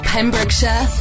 Pembrokeshire